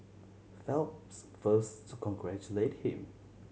Phelps first to congratulate him